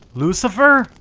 lucifer,